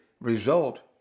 result